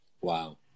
Wow